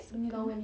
circle